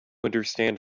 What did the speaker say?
understand